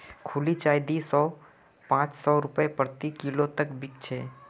खुली चाय दी सौ स पाँच सौ रूपया प्रति किलो तक बिक छेक